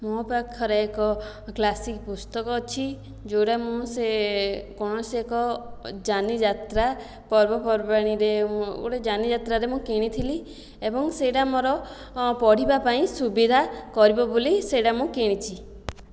ମୋ ପାଖରେ ଏକ କ୍ଲାସିକ ପୁସ୍ତକ ଅଛି ଯେଉଁଟା ମୁଁ ସେ କୌଣସି ଏକ ଯାନିଯାତ୍ରା ପର୍ବପର୍ବାଣୀରେ ମୁଁ ଗୋଟେ ଯାନିଯାତ୍ରାରେ ମୁଁ କିଣିଥିଲି ଏବଂ ସେଇଟା ମୋର ପଢ଼ିବା ପାଇଁ ସୁବିଧା କରିବ ବୋଲି ସେଇଟା ମୁଁ କିଣିଛି